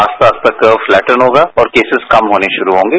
आस पास तक फ्लैटन होगा और केसिस कम होने शुरू होंगे